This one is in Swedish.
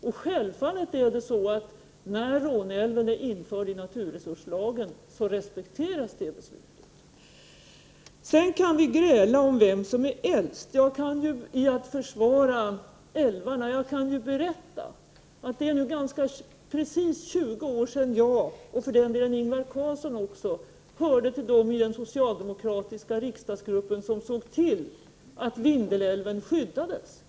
Och när Råne älv är införd i naturresurslagen respekteras självfallet detta beslut. Sedan kan vi gräla om vem som har varit först när det gäller att försvara älvarna. Jag kan berätta att det är ganska precis 20 år sedan jag och även Ingvar Carlsson tillhörde den grupp i den socialdemokratiska riksdagsgruppen som såg till att Vindelälven skyddades.